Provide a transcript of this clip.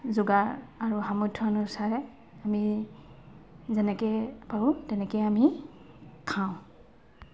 যোগাৰ আৰু সামৰ্থ্য অনুযায়ী আমি যেনেকৈয়ে পাৰোঁ তেনেকৈয়ে আমি খাওঁ